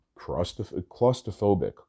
claustrophobic